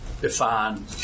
define